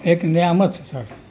ایک نعمت سر